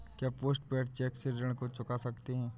क्या post paid cheque से ऋण को चुका सकते हैं?